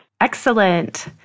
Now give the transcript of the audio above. Excellent